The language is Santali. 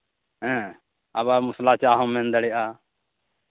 ᱦᱮᱸ ᱟᱵᱟᱨ ᱢᱚᱥᱞᱟ ᱪᱟ ᱦᱚᱸᱢ ᱢᱮᱱ ᱫᱟᱲᱮᱭᱟᱜᱼᱟ